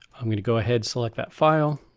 i'm gonna go ahead select that file